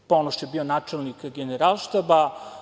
Ponoš je bio načelnik Generalštaba.